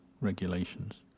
regulations